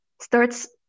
starts